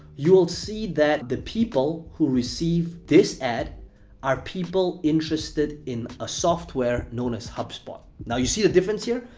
you'll see that the people who receive this ad are people interested in a software known as hubspot. now, you see the difference here?